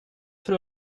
för